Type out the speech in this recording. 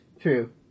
True